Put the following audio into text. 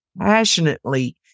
passionately